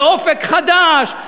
ו"אופק חדש",